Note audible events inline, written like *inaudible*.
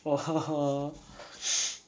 *laughs*